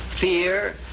fear